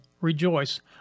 rejoice